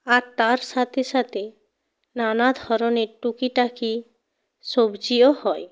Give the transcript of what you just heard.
আর তার সাথে সাথে নানা ধরনের টুকিটাকি সবজিও হয়